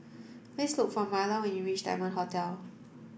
please look for Marla when you reach Diamond Hotel